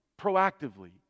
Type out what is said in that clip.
proactively